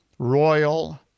Royal